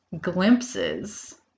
glimpses